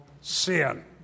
sin